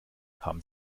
haben